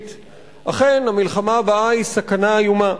אכן, המלחמה הבאה היא סכנה איומה.